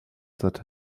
that